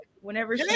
whenever